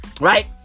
Right